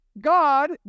God